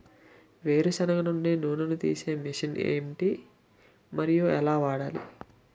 వేరు సెనగ నుండి నూనె నీ తీసే మెషిన్ ఏంటి? మరియు ఎలా వాడాలి?